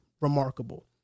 remarkable